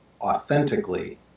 authentically